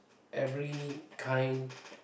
every kind